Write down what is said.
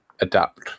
adapt